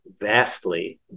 vastly